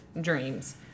dreams